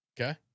Okay